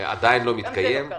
עדיין לא מתקיים.